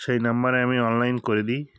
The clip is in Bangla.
সেই নাম্বারে আমি অনলাইন করে দিই